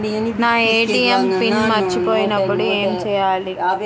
నా ATM PIN మర్చిపోయినప్పుడు ఏమి చేయాలి?